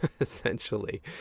essentially